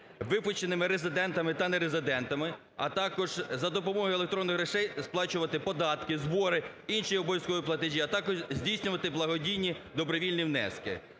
випущеними резидентами та нерезидентами, а також за допомогою електронних грошей сплачувати податки, збори, інші обов'язкові платежі, а також здійснювати благодійні добровільні внески.